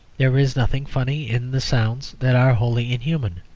there is nothing funny in the sounds that are wholly inhuman,